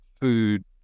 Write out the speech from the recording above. food